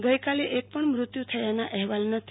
ગઈકાલે એક પણ મૃત્યુ થયાના અહેવાલ નથી